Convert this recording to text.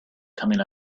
coming